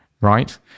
Right